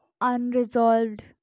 unresolved